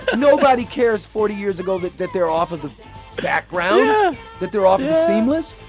ah nobody cares, forty years ago, that that they're off of the background yeah that they're off of the seamless.